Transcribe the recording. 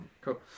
Cool